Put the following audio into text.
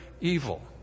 evil